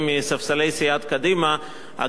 אגב, אני מציע שלפעמים קצת תתאמו